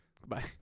Goodbye